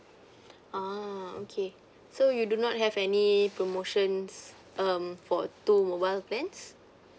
oh okay so you do not have any promotions um for two mobile plans